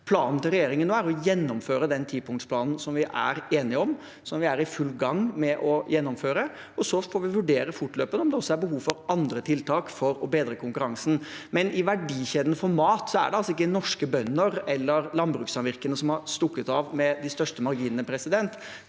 plan nå er å gjennomføre den tipunktsplanen vi er enige om, og som vi er i full gang med å gjennomføre. Så får vi fortløpende vurdere om det også er behov for andre tiltak for å bedre konkurransen. I verdikjeden for mat er det ikke norske bønder eller landbrukssamvirkene som har stukket av med de største marginene. Der